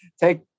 take